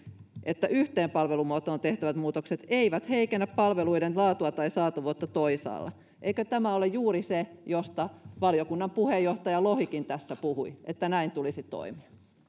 että yhteen palvelumuotoon tehtävät muutokset eivät heikennä palveluiden laatua tai saatavuutta toisaalla eikö tämä ole juuri se josta valiokunnan puheenjohtaja lohikin tässä puhui että näin tulisi toimia